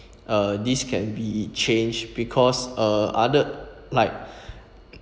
uh this can be changed because uh other like